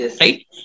right